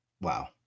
Wow